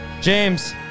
James